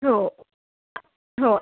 हो हो